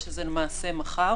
שזה למעשה מחר.